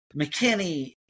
McKinney